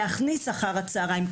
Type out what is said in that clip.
להכניס אחר-הצהריים,